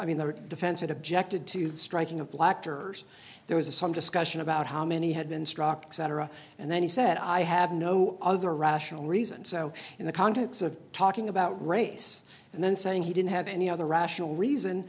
i mean the defense had objected to striking a black person there was some discussion about how many had been struck cetera and then he said i have no other rational reason so in the context of talking about race and then saying he didn't have any other rational reason